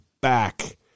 back